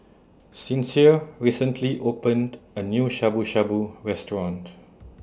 Sincere recently opened A New ShabuShabu Restaurant